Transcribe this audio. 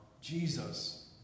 Jesus